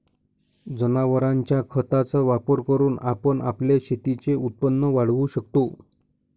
जनावरांच्या खताचा वापर करून आपण आपल्या शेतीचे उत्पन्न वाढवू शकतो